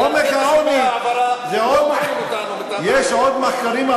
עומק העוני, לא מעלים אותנו, יש עוד מחקרים,